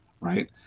right